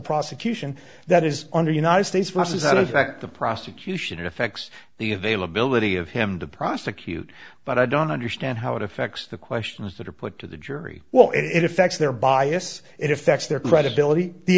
prosecution that is under united states versus that is that the prosecution effects the availability of him to prosecute but i don't understand how it affects the questions that are put to the jury well it affects their bias it affects their credibility the